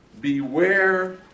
Beware